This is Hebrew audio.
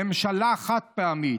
"ממשלה חד-פעמית":